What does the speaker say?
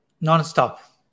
non-stop